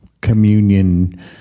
communion